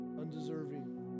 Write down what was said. undeserving